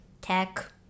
tech